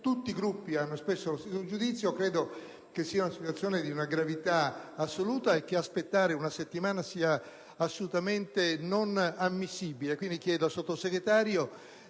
tutti i Gruppi hanno espresso lo stesso giudizio. Credo che sia una situazione di una gravità estrema e che aspettare una settimana sia assolutamente non ammissibile. Quindi, chiedo al Sottosegretario